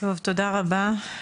תודה רבה.